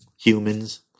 humans